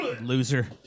Loser